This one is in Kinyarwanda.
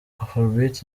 afrobeat